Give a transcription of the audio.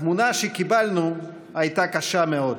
התמונה שקיבלנו הייתה קשה מאוד,